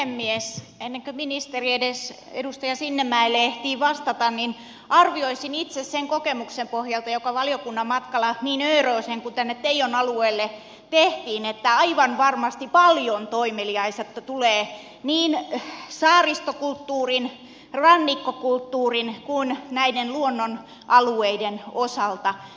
ennen kuin ministeri edes edustaja sinnemäelle ehtii vastata niin arvioisin itse sen kokemuksen pohjalta joka valiokunnan matkalla niin öröseen kuin tänne teijon alueelle tehtiin että aivan varmasti paljon toimeliaisuutta tulee niin saaristokulttuurin rannikkokulttuurin kuin näiden luonnonalueiden osalta